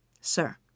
sir